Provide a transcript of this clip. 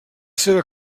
seva